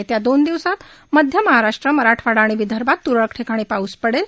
येत्या दोन दिवसात मध्य महाराष्ट्र मराठवाडा आणि विदर्भात तुरळक ठिकाणी पाऊस पडेल